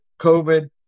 COVID